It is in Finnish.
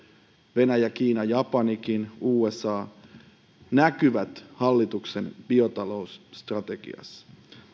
venäjä kiina japanikin näkyvät hallituksen biotalousstrategiassa